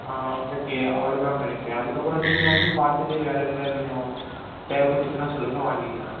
okay அவ்வளதான்னு நினைக்குறேன் அதுக்கப்புறம் நீங்கள் வந்து பார்த்துட்டு வேறு என்ன வேணும் தேவைப்பட்டுச்சுன்னா சொல்லுங்கள் வாங்கிக்கலாம்